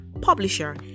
publisher